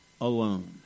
alone